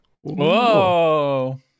Whoa